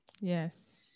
Yes